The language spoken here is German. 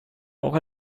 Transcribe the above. auch